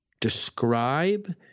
describe